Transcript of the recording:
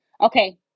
Okay